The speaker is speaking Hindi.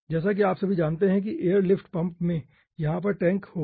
जैसा कि आप सभी जानते हैं कि एयर लिफ्ट पंप में यहाँ पर एक टैंक होगा